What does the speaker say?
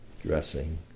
dressing